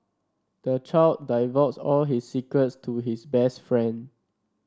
the child divulged all his secrets to his best friend